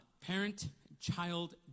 parent-child